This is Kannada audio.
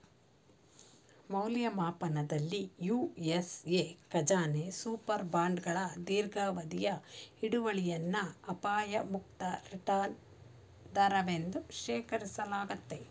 ಮೌಲ್ಯಮಾಪನದಲ್ಲಿ ಯು.ಎಸ್.ಎ ಖಜಾನೆ ಸೂಪರ್ ಬಾಂಡ್ಗಳ ದೀರ್ಘಾವಧಿಯ ಹಿಡುವಳಿಯನ್ನ ಅಪಾಯ ಮುಕ್ತ ರಿಟರ್ನ್ ದರವೆಂದು ಶೇಖರಿಸಲಾಗುತ್ತೆ